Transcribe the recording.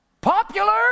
popular